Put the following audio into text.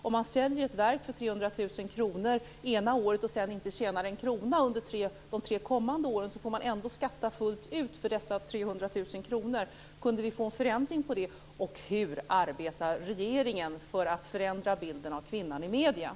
Om man säljer ett verk för 300 000 kr ett år och sedan inte tjänar en krona under de tre kommande åren får man ändå skatta fullt ut för dessa 300 000 kr. Kunde vi få en förändring av det?